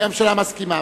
כי הממשלה מסכימה,